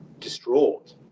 distraught